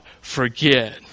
forget